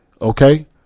okay